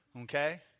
okay